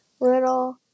little